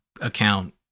account